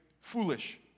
foolish